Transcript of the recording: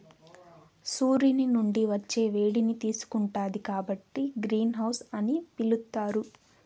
సూర్యుని నుండి వచ్చే వేడిని తీసుకుంటాది కాబట్టి గ్రీన్ హౌస్ అని పిలుత్తారు